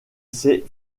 ces